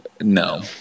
no